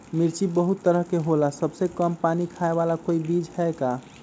मिर्ची बहुत तरह के होला सबसे कम पानी खाए वाला कोई बीज है का?